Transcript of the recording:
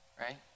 Right